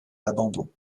l’abandon